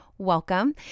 Welcome